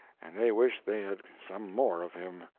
and they wished they had some more of him.